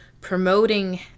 promoting